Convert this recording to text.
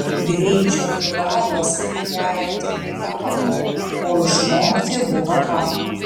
greičio ir galios vikriajam tikrai pakako o išmokti buvo ką